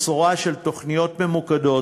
בשורה של תוכניות ממוקדות,